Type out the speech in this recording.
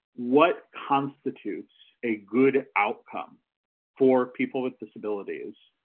what constitutes a good outcome for people with disabilities